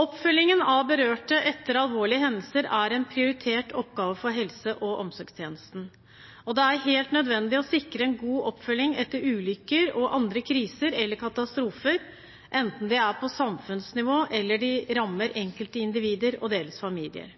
Oppfølgingen av berørte etter alvorlige hendelser er en prioritert oppgave for helse- og omsorgstjenesten, og det er helt nødvendig å sikre en god oppfølging etter ulykker og andre kriser eller katastrofer, enten det er på samfunnsnivå, eller det rammer enkeltindivider og deres familier.